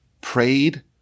prayed